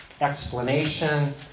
explanation